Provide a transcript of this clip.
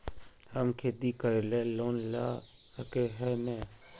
हम खेती करे ले लोन ला सके है नय?